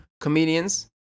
comedians